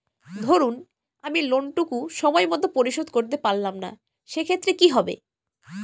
ধরুন আমি লোন টুকু সময় মত পরিশোধ করতে পারলাম না সেক্ষেত্রে কি হবে?